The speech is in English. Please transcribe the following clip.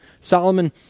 Solomon